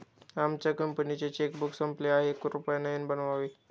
आमच्या कंपनीचे चेकबुक संपले आहे, कृपया नवीन बनवावे